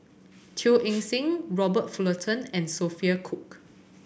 Teo Eng Seng Robert Fullerton and Sophia Cooke